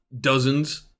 dozens